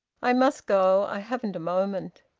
i must go. i haven't a moment.